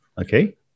Okay